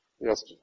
Yes